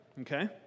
Okay